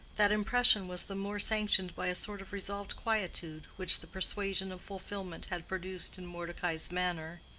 that impression was the more sanctioned by a sort of resolved quietude which the persuasion of fulfillment had produced in mordecai's manner.